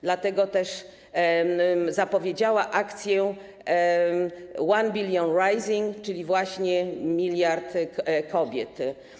Dlatego też zapowiedziała akcję One Billion Rising, czyli właśnie miliard kobiet.